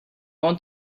want